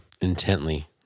intently